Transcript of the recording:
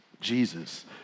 Jesus